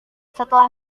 setelah